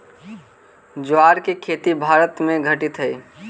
ज्वार के खेती भारत में घटित हइ